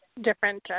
different